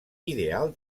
ideal